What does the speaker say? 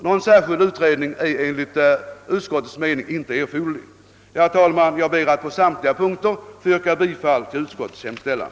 Någon särskild ut redning är enligt utskottets mening inte erforderlig. Herr talman! Jag ber att på samtliga punkter få yrka bifall till utskottets hemställan.